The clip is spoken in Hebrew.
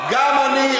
גם אני,